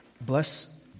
bless